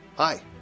Hi